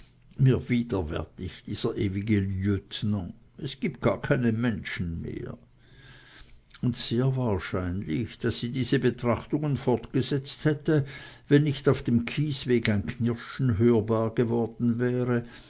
mir widerwärtig dieser ewige leutnant es gibt gar keine menschen mehr und sehr wahrscheinlich daß sie diese betrachtungen fortgesetzt hätte wenn nicht auf dem kiesweg ein knirschen hörbar geworden wäre